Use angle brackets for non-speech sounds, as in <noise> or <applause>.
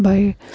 <unintelligible>